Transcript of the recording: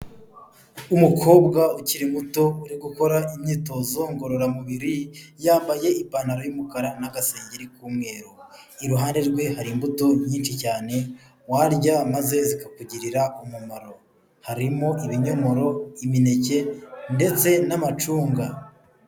Umukobwa ukiri muto uri gukora imyitozo ngororamubiri yambaye ipantaro y'umukara n'agasengeri k'umweru, iruhande rwe hari imbuto nyinshi cyane warya maze zikakugirira umumaro harimo ibinyomoro, imineke ndetse n'amacunga.